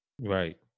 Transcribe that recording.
Right